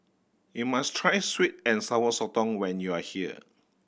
you must try sweet and Sour Sotong when you are here